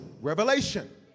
Revelation